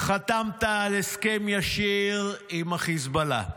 חתמת על הסכם ישיר עם החיזבאללה.